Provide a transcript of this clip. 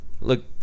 Look